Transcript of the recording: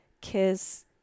kiss